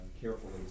carefully